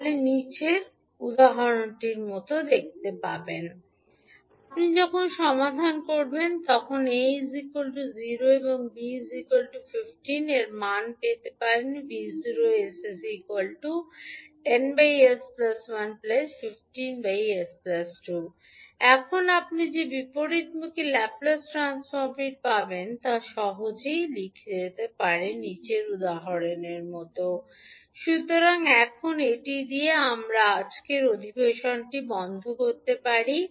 আপনি যখন সমাধান করবেন তখন আপনি 𝐴 10 𝐵 15 এবং এর মান পেতে পারেন এটি আপনি যে বিপরীতমুখী ল্যাপ্লেস ট্রান্সফর্মটি পাবেন তা সহজেই লিখিত যেতে পারে সুতরাং এখন এটি দিয়ে আমরা আমাদের আজকের অধিবেশনটি বন্ধ করতে পারি